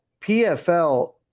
PFL